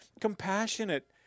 compassionate